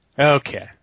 Okay